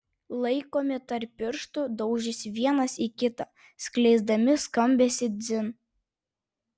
laikomi tarp pirštų daužėsi vienas į kitą skleisdami skambesį dzin